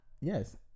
yes